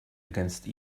against